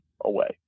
away